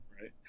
right